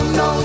no